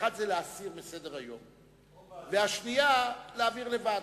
אחת, להסיר מסדר-היום, והשנייה, להעביר לוועדה.